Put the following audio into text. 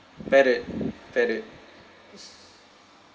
parrot parrot